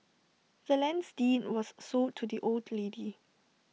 the land's deed was sold to the old lady